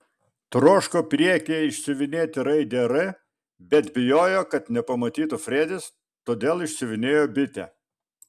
troško priekyje išsiuvinėti raidę r bet bijojo kad nepamatytų fredis todėl išsiuvinėjo bitę